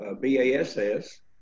BASS